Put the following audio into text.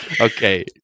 Okay